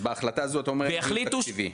בהחלטה הזו, אתה אומר שאין דיון תקציבי.